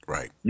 Right